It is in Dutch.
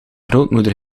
grootmoeder